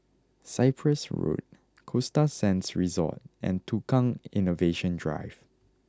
Cyprus Road Costa Sands Resort and Tukang Innovation Drive